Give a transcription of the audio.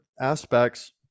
aspects